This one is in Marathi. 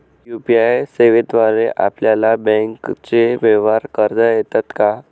यू.पी.आय सेवेद्वारे आपल्याला बँकचे व्यवहार करता येतात का?